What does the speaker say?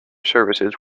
services